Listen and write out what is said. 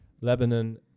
Lebanon